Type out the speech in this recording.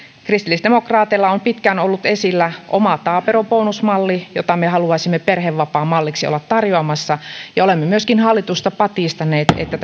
kristillisdemokraateilla on pitkään ollut esillä oma taaperobonusmalli jota me haluaisimme perhevapaamalliksi olla tarjoamassa olemme myöskin hallitusta patistaneet että